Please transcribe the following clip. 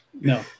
No